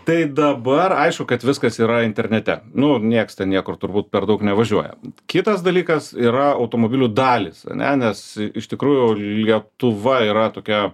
tai dabar aišku kad viskas yra internete nu nieks ten niekur turbūt per daug nevažiuoja kitas dalykas yra automobilių dalys ane nes iš tikrųjų lietuva yra tokia